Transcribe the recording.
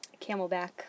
camelback